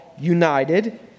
united